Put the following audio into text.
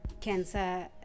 cancer